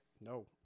No